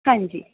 ਹਾਂਜੀ